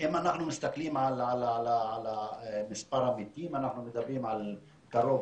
אם אנחנו מסתכלים על מספר המתים אנחנו מדברים על קרוב